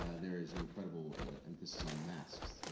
ah there is an incredible emphasis on masks,